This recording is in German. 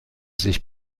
sich